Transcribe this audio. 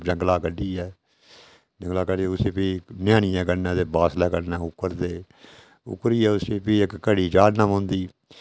जंगला कड्डियै जंगला कड्डियै उस्सी फ्ही म्यानियै कन्नै ते वासलै कन्नै उक्करदे उक्करियै फ्ही उस्सी इक घड़ी चाढना पौंदी